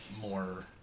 more